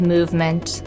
Movement